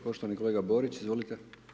Poštovani kolega Borić, izvolite.